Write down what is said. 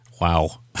Wow